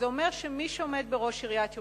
וזה אומר שמי שעומד בראש עיריית ירושלים,